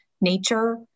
nature